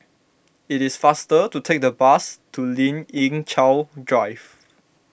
it is faster to take the bus to Lien Ying Chow Drive